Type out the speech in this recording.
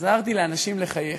עזרתי לאנשים לחייך.